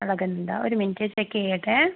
അളകനന്ദ ഒരു മിനിറ്റേ ചെക്ക് ചെയ്യട്ടെ